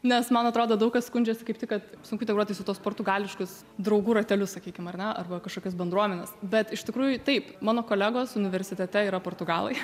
nes man atrodo daug kas skundžiasi kaip tik kad sunku integruotis į tuos portugališkus draugų ratelius sakykim ar ne arba kažkokias bendruomenes bet iš tikrųjų taip mano kolegos universitete yra portugalai